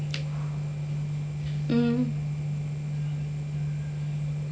mm